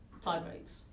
tie-breaks